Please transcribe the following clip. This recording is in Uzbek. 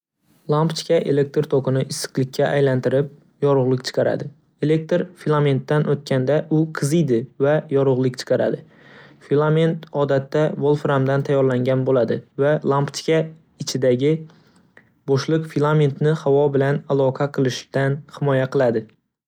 Lampochka elektr tokini issiqlikka aylantirib, yorug'lik chiqaradi. Elektr filamentdan o'tganda u qiziydi va yorug'lik chiqaradi. Filament odatda volframdan tayyorlangan bo'ladi va lampochka ichidagi bo'shliq filamentni havo bilan aloqa qilish-dan himoya qiladi.